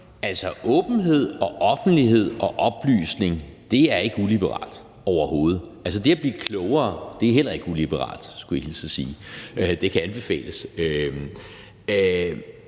Altså, åbenhed, offentlighed og oplysning er ikke uliberalt, overhovedet. Det at blive klogere er heller ikke uliberalt, skulle jeg hilse og sige. Det kan anbefales.